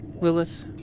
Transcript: Lilith